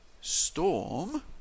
storm